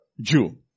Jew